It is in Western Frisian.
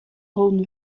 holden